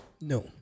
no